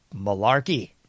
malarkey